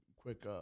quick